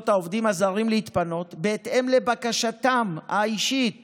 העובדים הזרים להתפנות בהתאם לבקשתם האישית